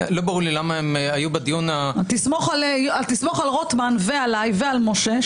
לא ברור לי למה הם היו בדיון --- תסמוך על רוטמן ועליי ועל משה,